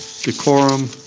decorum